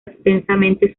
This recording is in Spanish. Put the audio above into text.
extensamente